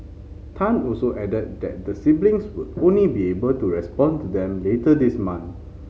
Tan also added that the siblings would only be able to respond to them later this month